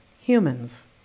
humans